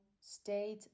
state